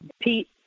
pete